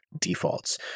defaults